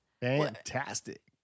Fantastic